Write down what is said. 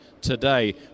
today